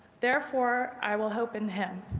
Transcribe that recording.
therefore, i will hope in him.